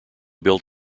build